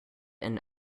and